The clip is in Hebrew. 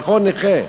נכה.